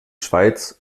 schweiz